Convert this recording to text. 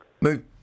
Move